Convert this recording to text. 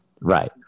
right